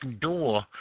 door